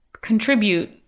contribute